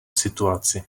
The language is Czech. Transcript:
situaci